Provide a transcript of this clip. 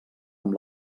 amb